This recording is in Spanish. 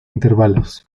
intervalos